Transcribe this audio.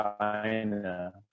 China